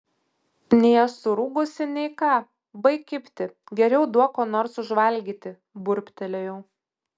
nei aš surūgusi nei ką baik kibti geriau duok ko nors užvalgyti burbtelėjau